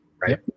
right